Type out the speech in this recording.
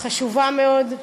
חשובה מאוד.